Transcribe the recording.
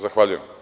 Zahvaljujem.